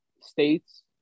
states